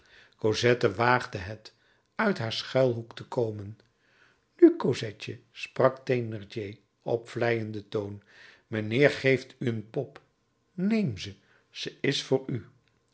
cosette waagde het uit haar schuilhoek te komen nu cosetje sprak thénardier op vleienden toon mijnheer geeft u een pop neem ze ze is voor u